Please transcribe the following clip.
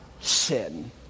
sin